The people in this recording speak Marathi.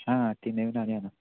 हां हां ती